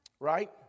right